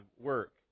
work